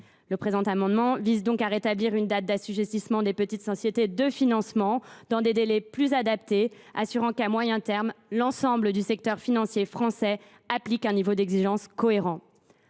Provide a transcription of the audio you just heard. Cet amendement vise donc à rétablir une date d’assujettissement des petites sociétés de financement dans des délais plus adaptés, afin que, à moyen terme, l’ensemble du secteur financier français applique un niveau d’exigences cohérent.